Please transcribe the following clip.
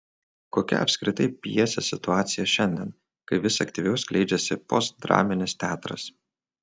kokia apskritai pjesės situacija šiandien kai vis aktyviau skleidžiasi postdraminis teatras